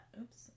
Oops